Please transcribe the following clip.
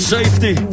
Safety